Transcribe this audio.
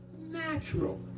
natural